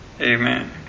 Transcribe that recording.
Amen